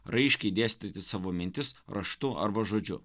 raiškiai dėstyti savo mintis raštu arba žodžiu